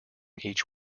each